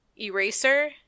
Eraser